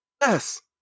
Yes